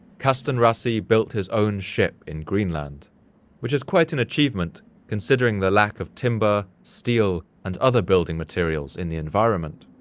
kastanrassi built his own ship in greenland which is quite an achievement considering the lack of timber, steel, and other building materials in the environment.